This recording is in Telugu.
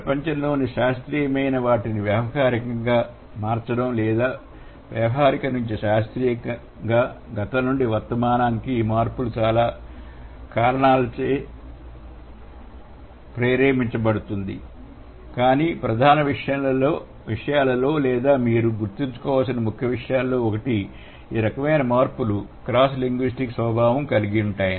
ప్రపంచంలోని శాస్త్రీయ మైన వాటిని వ్యావహారిక ంగా మార్చడం లేదా వ్యవహారిక నుంచి శాస్త్రీయపరంగా గతంనుండి వర్తమానానికి ఈ మార్పులు చాలా కారకాలచే ప్రేరేపించబడుతుంది కానీ ప్రధాన విషయాలలో లేదా మీరు గుర్తుంచుకోవాల్సిన ముఖ్యమైన విషయాలలో ఒకటి ఈ రకమైన మార్పులు క్రాస్ లింగ్విస్టిక్ స్వభావo కలిగి ఉంటాయని